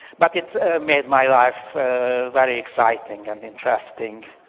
but it made my life very exciting and interesting,